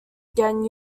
again